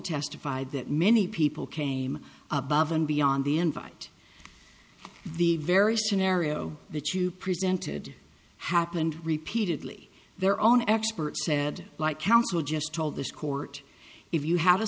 testified that many people came above and beyond the invite the very scenario that you presented happened repeatedly their own experts said like counsel just told this court if you ha